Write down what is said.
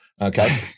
Okay